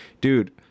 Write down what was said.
Dude